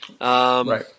Right